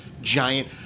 giant